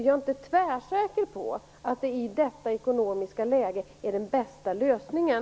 Jag är inte tvärsäker på att det i detta ekonomiska läge är den bästa lösningen.